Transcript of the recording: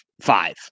five